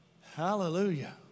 Hallelujah